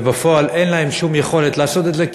ובפועל אין להם שום יכולת לעשות את זה,